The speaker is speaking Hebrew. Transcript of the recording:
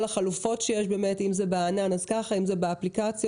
כל החלופות שיש, כמו הענן והאפליקציות.